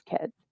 kids